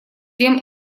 тем